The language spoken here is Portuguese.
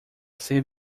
ser